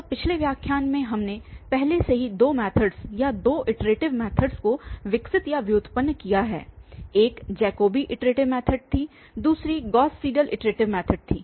तो पिछले व्याख्यान में हमने पहले से ही दो मैथडस या दो इटरेटिव मैथडस को विकसित या व्युत्पन्न किया है एक जैकोबी इटरेटिव मैथड थी दूसरी गॉस सीडल इटरेटिव मैथड थी